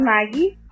Maggie